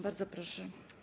Bardzo proszę.